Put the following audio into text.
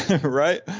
Right